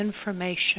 information